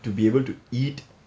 to be able to eat